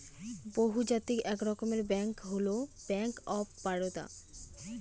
বহুজাতিক এক রকমের ব্যাঙ্ক হল ব্যাঙ্ক অফ বারদা